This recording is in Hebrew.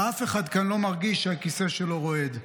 ואף אחד כאן לא מרגיש שהכיסא שלו רועד.